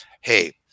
hey